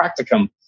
practicum